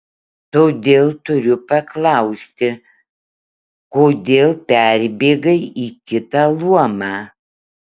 todėl turiu paklausti kodėl perbėgai į kitą luomą